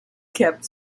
kept